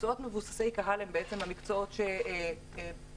מקצועות מבוססי קהל הם המקצועות שנפגעו